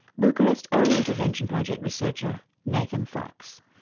bucharest early intervention project researcher, nathan fox.